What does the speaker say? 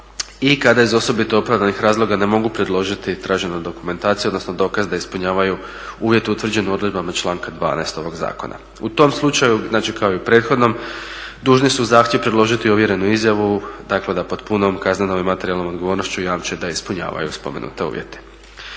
i kada iz osobito opravdanih razloga ne mogu predložiti traženu dokumentaciju odnosno dokaz da ispunjavaju uvjete utvrđene odredbama članka 12. ovoga Zakona. U tom slučaju znači kao i u prethodnom dužni su uz zahtjev predložiti ovjerenu izjavu dakle da pod punom kaznenom i materijalnom odgovornošću jamče da ispunjavaju spomenute uvjete.